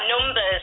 numbers